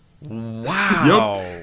Wow